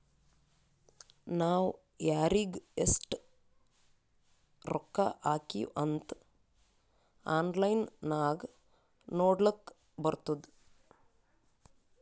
ನಾವ್ ಯಾರಿಗ್ ಎಷ್ಟ ರೊಕ್ಕಾ ಹಾಕಿವ್ ಅಂತ್ ಆನ್ಲೈನ್ ನಾಗ್ ನೋಡ್ಲಕ್ ಬರ್ತುದ್